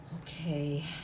Okay